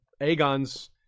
Aegon's